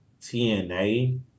TNA